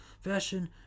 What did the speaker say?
fashion